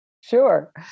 Sure